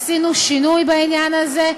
עשינו שינוי בעניין הזה.